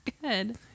Good